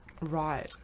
right